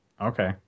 Okay